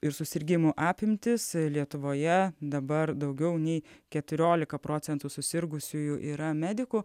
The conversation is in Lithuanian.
ir susirgimų apimtis lietuvoje dabar daugiau nei keturiolika procentų susirgusiųjų yra medikų